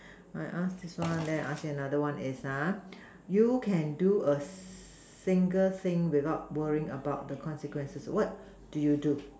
I ask this one then I ask you another one is uh you can do a s~ single thing without worrying about the consequences what do you do